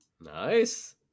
nice